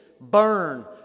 Burn